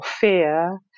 fear